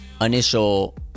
initial